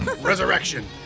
Resurrection